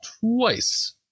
twice